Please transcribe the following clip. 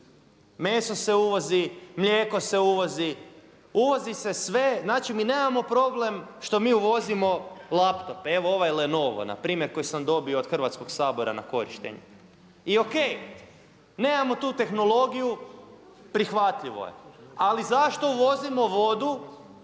Meso se uvozi, mlijeko se uvozi, uvozi se sve, znači mi nemamo problem što mi uvozimo laptope, evo ovaj lenovo npr. koji sam dobio od Hrvatskog sabora na korištenje. I ok, nemamo tu tehnologiju prihvatljivo je ali zašto uvozimo vodu